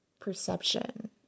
perception